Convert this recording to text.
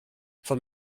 von